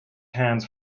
hands